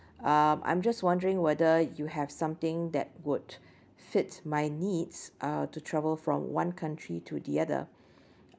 um I'm just wondering whether you have something that would fit my needs uh to travel from one country to the other